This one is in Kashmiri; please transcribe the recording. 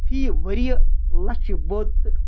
فی ؤریہِ لَچھٕ بوٚد تہٕ